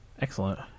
excellent